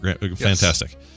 Fantastic